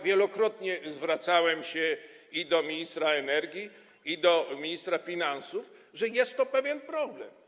Wielokrotnie zwracałem się do ministra energii i do ministra finansów, że jest to pewien problem.